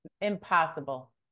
Impossible